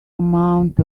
amount